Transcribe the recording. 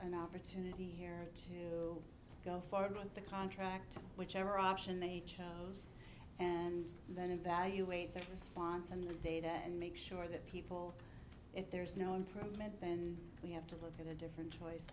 an opportunity here to go forward on the contract whichever option they chose and then evaluate the response and the data and make sure that people if there's no improvement then we have to look at a different choice